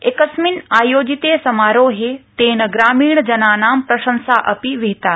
एकस्मिन् आयोजिते समारोहे तेन ग्रामीण जनानां प्रशंसापि विहिता